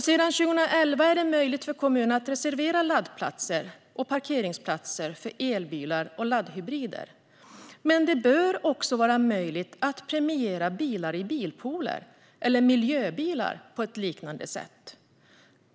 Sedan 2011 är möjligt för kommuner att reservera laddplatser och parkeringsplatser för elbilar och laddhybrider. Men det bör också vara möjligt att premiera bilar i bilpooler eller miljöbilar på ett liknande sätt.